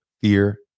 fear